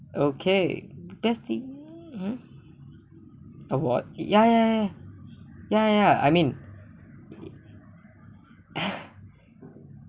okay best thing mm award ya ya ya ya I mean